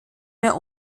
mehr